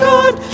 God